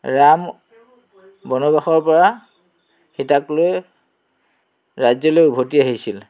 ৰাম বনবাসৰ পৰা সীতাক লৈ ৰাজ্যলৈ উভতি আহিছিল